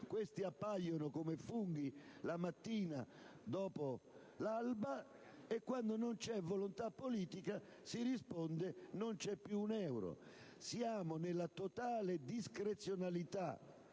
questi appaiono come funghi la mattina dopo l'alba, mentre quando non c'è volontà politica si risponde che non c'è più un euro. Siamo nella totale discrezionalità